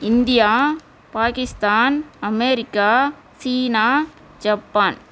India Pakistan America சீனா Japan